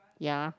ya